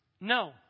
No